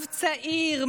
אב צעיר,